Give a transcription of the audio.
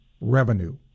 revenue